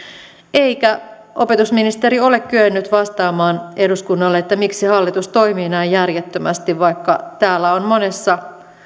eikä opetusministeri ole kyennyt vastaamaan eduskunnalle miksi hallitus toimii näin järjettömästi vaikka täällä on monissa